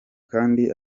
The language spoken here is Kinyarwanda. kandi